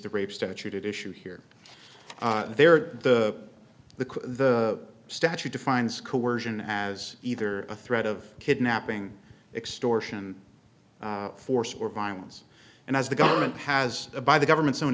the rape statute it issue here there the the the statute defines coersion as either a threat of kidnapping extortion force or violence and as the government has a by the government